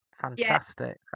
fantastic